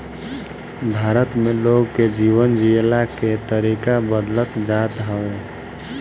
भारत में लोग के जीवन जियला के तरीका बदलत जात हवे